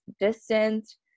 distance